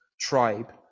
tribe